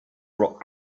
rock